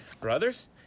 Brothers